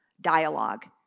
dialogue